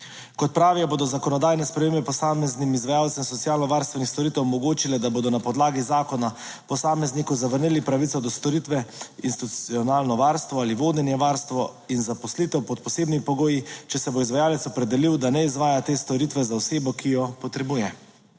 Kot pravijo, bodo zakonodajne spremembe posameznim izvajalcem socialno varstvenih storitev omogočile, da bodo na podlagi zakona posamezniku zavrnili pravico do storitve institucionalno varstvo ali vodenje, varstvo in zaposlitev pod posebnimi pogoji, če se bo izvajalec opredelil, da ne izvaja te storitve za osebo, ki jo potrebuje.